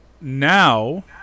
now